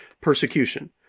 persecution